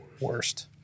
Worst